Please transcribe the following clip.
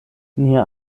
nia